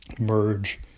merge